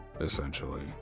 essentially